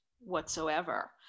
whatsoever